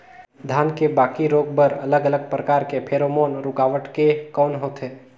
धान के बाकी रोग बर अलग अलग प्रकार के फेरोमोन रूकावट के कौन होथे?